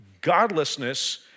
godlessness